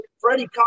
Freddie